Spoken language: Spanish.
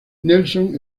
nelson